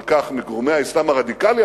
על כך מגורמי האסלאם הרדיקלי,